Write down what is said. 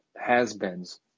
has-beens